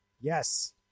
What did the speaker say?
Yes